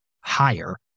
higher